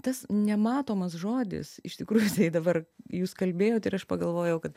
tas nematomas žodis iš tikrųjų dabar jūs kalbėjot ir aš pagalvojau kad